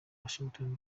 washington